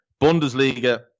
Bundesliga